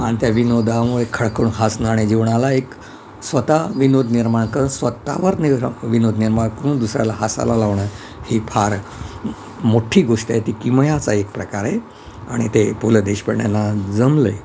आणि त्या विनोदामुळे खळखळून हसणं आणि जीवनाला एक स्वत विनोद निर्माण कर स्वत वर नि विनोद निर्माण करून दुसऱ्याला हसायला लावणं ही फार मोठ्ठी गोष्ट आहे ती किमयाचं आहे एक प्रकारे आणि ते पु ल देशपांड्यांना जमलं आहे